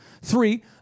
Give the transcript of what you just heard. Three